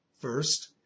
First